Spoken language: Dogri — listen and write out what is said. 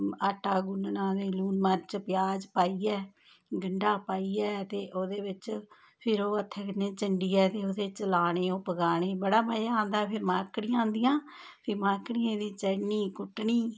आटा गुनना आटा गुन्नना ओह्दे च लून मर्च प्याज पाइये गंडा पाइये ते ओह्दे बिच्च फेर ओह् हत्था कन्नै चंडिये ते ओह्दे च लानी ओह् पकानी बड़ा मजा आंदा फेर माकड़ियां होंदियां फिर माकड़ियें दी चटनी कुट्टनी